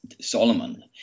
Solomon